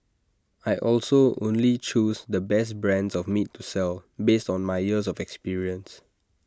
I also only choose the best brands of meat to sell based on my years of experience